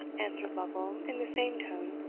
answered lovel, in the same tone,